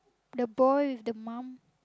the boy with the mom